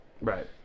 Right